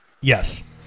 yes